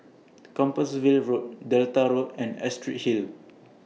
Compassvale Road Delta Road and Astrid Hill